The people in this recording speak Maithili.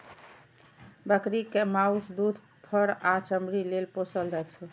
बकरी कें माउस, दूध, फर आ चमड़ी लेल पोसल जाइ छै